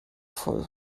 voll